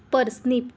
parsnip